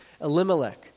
Elimelech